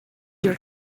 your